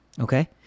Okay